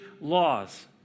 laws